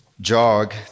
jog